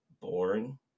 Boring